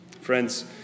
Friends